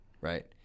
right